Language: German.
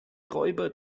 räuber